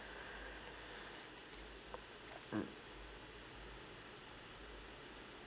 mm